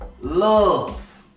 Love